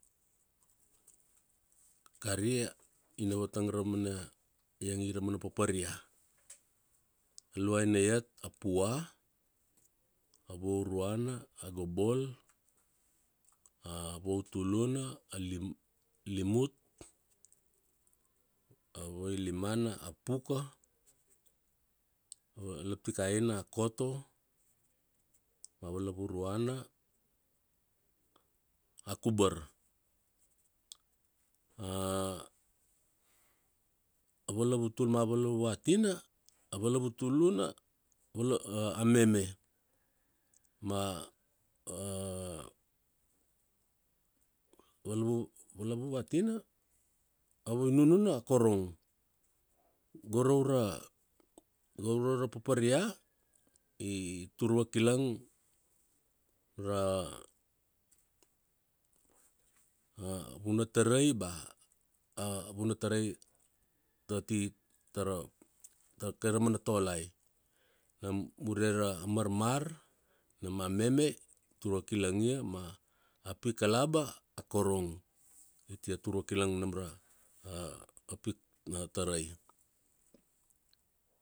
Kari, ina vatang ra iangi ra mana paparia. Luaina iat a pua, vauruana a gobol, a vautuluna lim- limutut, a vailimana a puka, valaptikaina a koto, avalavuruana a kubar. a valavutul ma valavuvatina, a valavutuluna a meme, ma vala- valavuvatina, a vinununa a korong. Go ra ura go ra ura paparea, i tur vakilang, ra, ra, vunatarai bea vunatarai ati tara, mkaraumana tolai. Ure ra marmar nam a meme turvakilang ma a pikalaba a korong itia tur vakilang nam ra tarai.